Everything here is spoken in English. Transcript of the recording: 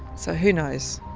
so who knows,